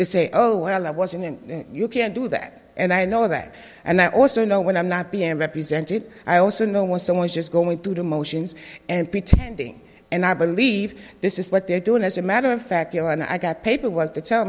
to say oh well i wasn't you can't do that and i know that and i also know when i'm not being represented i also know when someone is just going through the motions and pretending and i believe this is what they're doing as a matter of fact and i got paperwork to tell